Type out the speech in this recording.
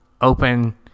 open